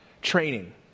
training